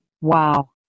Wow